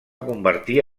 convertir